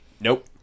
Nope